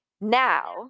now